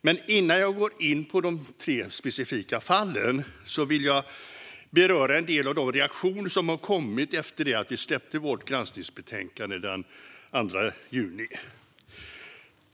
Men innan jag går in på dessa tre specifika fall vill jag beröra en del av de reaktioner som har kommit efter det att vi släppte vårt granskningsbetänkande den 2 juni.